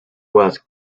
was